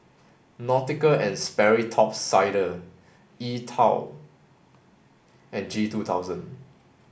Nautica and Sperry Top Sider E TWOW and G two thousand